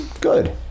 Good